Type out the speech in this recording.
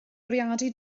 bwriadu